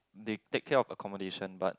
they take care of the accommodation but